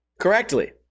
correctly